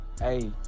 hey